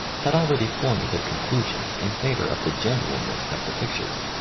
had already formed their conclusions in favour of the genuine ness of the pictures.